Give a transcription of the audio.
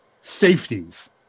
safeties